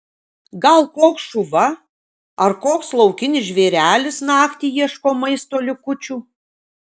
gal koks šuva ar koks laukinis žvėrelis naktį ieško maisto likučių